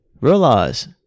realize